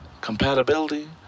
Compatibility